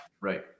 Right